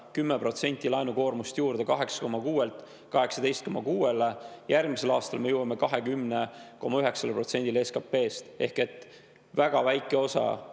10% laenukoormust juurde: 8,6%-lt 18,6%-le. Järgmisel aastal me jõuame 20,9%-ni SKP-st. Väga väike osa